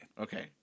okay